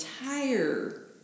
entire